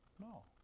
No